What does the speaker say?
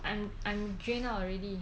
I'm I'm drained out already